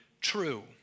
true